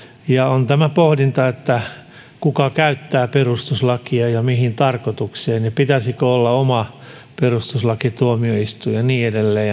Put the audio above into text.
ja täällä on tämä pohdinta kuka käyttää perustuslakia ja mihin tarkoitukseen ja pitäisikö olla oma perustuslakituomioistuin ja niin edelleen